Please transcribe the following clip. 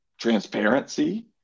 transparency